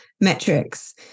metrics